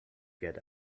get